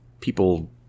people